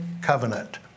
covenant